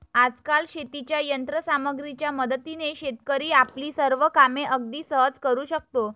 आजकाल शेतीच्या यंत्र सामग्रीच्या मदतीने शेतकरी आपली सर्व कामे अगदी सहज करू शकतो